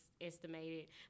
estimated